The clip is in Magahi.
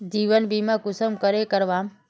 जीवन बीमा कुंसम करे करवाम?